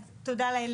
אז תודה לאל,